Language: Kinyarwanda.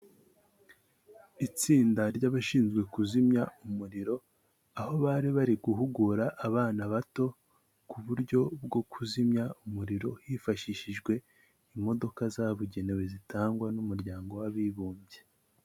Itsinda ry'abashinzwe kuzimya umuriro, aho bari bari guhugura abana bato ku buryo bwo kuzimya umuriro hifashishijwe imodoka zabugenewe zitangwa n'umuryango w'abibumbye.